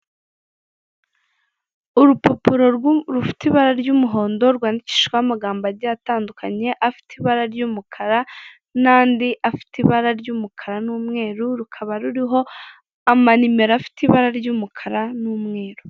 Urupapuro rufite ibara ry'umuhondo rwandikishijeho amagambo agiye atandukanye afite ibara ry'umukara, n'andi afite ibara ry'umukara n'umweru, rukaba ruriho amanimero afite ibara ry'umukara n'umweru.